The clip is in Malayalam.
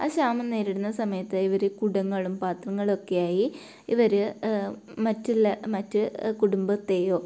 ആ ക്ഷാമം നേരിടുന്ന സമയത്ത് ഇവര് കുടങ്ങളും പാത്രങ്ങളും ഒക്കെ ആയി ഇവർ മറ്റുള്ള മറ്റ് കുടുംബത്തേയൊ